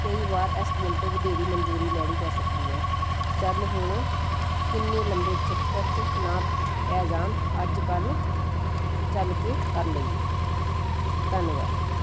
ਕਈ ਵਾਰ S D M ਤੋਂ ਵਧੇਰੀ ਮਨਜ਼ੂਰੀ ਲੈਣੀ ਪੈ ਸਕਦੀ ਹੈ ਚੱਲ ਹੁਣ ਕਿੰਨੇ ਲੰਬੇ ਚੱਕਰ 'ਚ ਨਾ ਪੈ ਜਾਣ ਅੱਜ ਕੱਲ੍ਹ ਚੱਲ ਕੇ ਕਰ ਲਈਏ ਧੰਨਵਾਦ